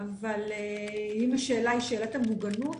אבל אם השאלה היא שאלת המוגנות